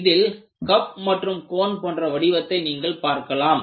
இதில் கப் மற்றும் கோன் போன்ற வடிவத்தை நீங்கள் பார்க்கலாம்